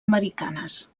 americanes